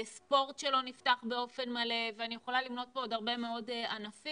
ספורט שלא נפתח באופן מלא ואני יכולה למנות פה עוד הרבה מאוד ענפים